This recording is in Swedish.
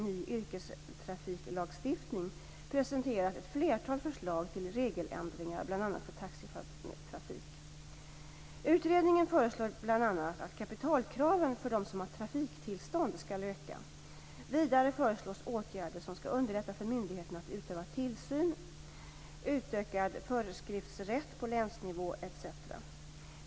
Utredningen föreslår bl.a. att kapitalkraven för dem som har trafiktillstånd skall öka. Vidare föreslås åtgärder som skall underlätta för myndigheterna att utöva tillsyn, utökad föreskriftsrätt på länsnivå etc.